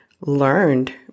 learned